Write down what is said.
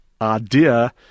idea